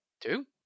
two